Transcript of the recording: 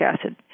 acid